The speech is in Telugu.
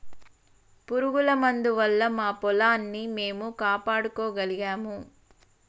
పురుగుల మందు వల్ల మా పొలాన్ని మేము కాపాడుకోగలిగాము